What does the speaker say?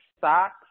socks